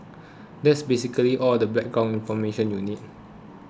that's basically all the background information you need